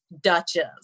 Duchess